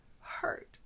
hurt